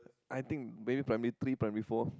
I think maybe primary three primary four